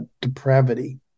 depravity